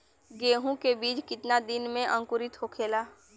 गेहूँ के बिज कितना दिन में अंकुरित होखेला?